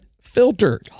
filter